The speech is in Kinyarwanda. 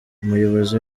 umuyobozi